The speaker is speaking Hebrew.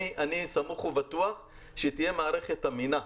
אני סמוך ובטוח שהיא תהיה מערכת אמינה.